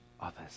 others